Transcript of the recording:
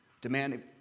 demanding